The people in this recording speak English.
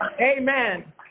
Amen